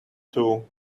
two